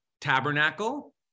tabernacle